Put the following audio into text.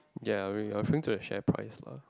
ya when you are referring to the share price lah